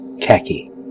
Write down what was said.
Khaki